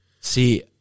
See